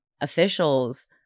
officials